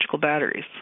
batteries